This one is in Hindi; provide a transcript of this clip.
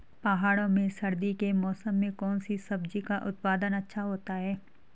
पहाड़ों में सर्दी के मौसम में कौन सी सब्जी का उत्पादन अच्छा होता है?